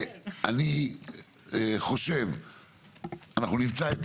אני יועץ משפטי של התאחדות הקבלנים.